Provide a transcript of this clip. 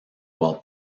while